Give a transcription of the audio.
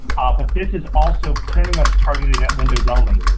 but this is also pretty much targeted at windows only,